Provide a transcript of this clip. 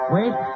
Wait